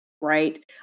right